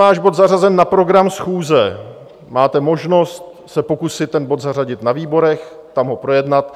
Když není váš bod zařazen na program schůze, máte možnost se pokusit ten bod zařadit na výborech, tam ho projednat